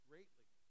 Greatly